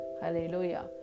Hallelujah